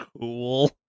Cool